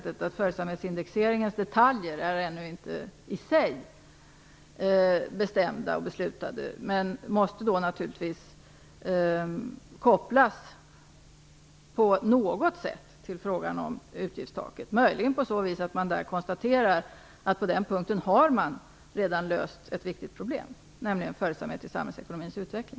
Följsamhetsindexeringens detaljer är ännu inte beslutade, men de måste naturligtvis på något sätt kopplas till frågan om utgiftstaket, möjligen genom att man konstaterar att man på den punkten redan har löst ett viktigt problem, nämligen följsamhet till samhällsekonomins utveckling.